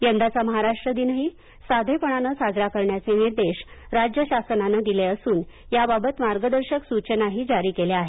यंदाचा महाराष्ट्र दिनही साधेपणाने साजरा करण्याचे निर्देश राज्य शासनानं दिले असून याबाबत मार्गदर्शक सूचनाही जारी केल्या आहेत